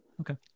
Okay